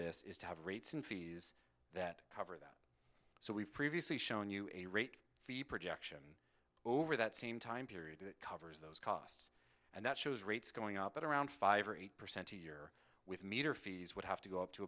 this is to have rates and fees that cover it so we've previously shown you a rate the projection over that same time period that covers those costs and that shows rates going up at around five or eight percent a year with meter fees would have to go up to